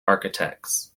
architects